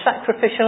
sacrificial